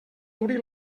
duri